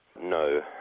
No